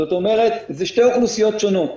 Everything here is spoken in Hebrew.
זה שתי אוכלוסיות שונות.